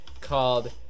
called